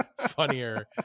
funnier